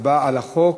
להצבעה על החוק